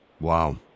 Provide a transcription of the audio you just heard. Wow